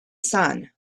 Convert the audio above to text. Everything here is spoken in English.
sun